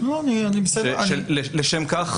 לשם כך